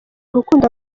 urukundo